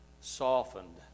softened